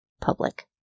public